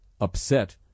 upset